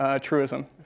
truism